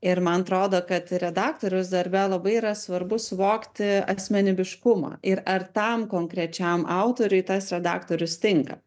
ir man atrodo kad redaktorius darbe labai yra svarbu suvokti asmenybiškumą ir ar tam konkrečiam autoriui tas redaktorius tinka